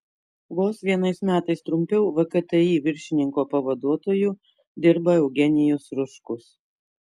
vos vienais metais trumpiau vkti viršininko pavaduotoju dirba eugenijus ruškus